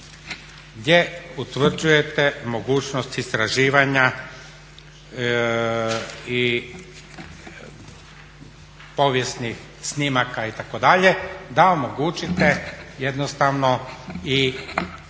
gdje utvrđujete mogućnost istraživanja i povijesnih snimaka itd. da omogućite i sportsku